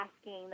asking